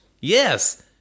Yes